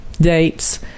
dates